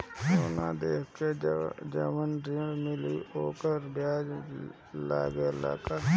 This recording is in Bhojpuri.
सोना देके जवन ऋण मिली वोकर ब्याज लगेला का?